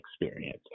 experience